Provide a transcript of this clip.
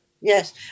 Yes